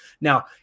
Now